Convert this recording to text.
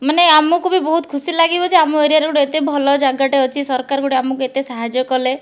ମାନେ ଆମକୁ ବି ବହୁତ ଖୁସି ଲାଗିବ ଯେ ଆମ ଏରିଆରେ ଗୋଟେ ଏତେ ଭଲ ଜାଗାଟିଏ ଅଛି ସରକାର ଗୋଟିଏ ଆମକୁ ଏତେ ସାହାଯ୍ୟ କଲେ